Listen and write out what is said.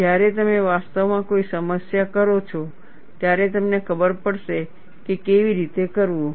જ્યારે તમે વાસ્તવમાં કોઈ સમસ્યા કરો છો ત્યારે તમને ખબર પડશે કે તે કેવી રીતે કરવું